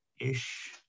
ish